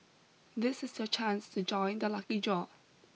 this is the chance to join the lucky draw